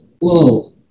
whoa